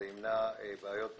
זה ימנע בעיות בעתיד.